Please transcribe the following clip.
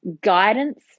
guidance